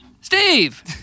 Steve